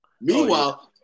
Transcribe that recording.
meanwhile